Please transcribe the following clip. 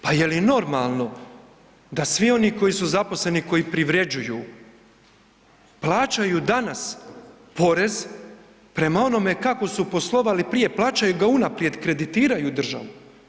Pa je li normalno da svi oni koji su zaposleni, koji privrjeđuju plaćaju danas porez prema onome kako su poslovali, prije plaćaju ga unaprijed, kreditiraju državu.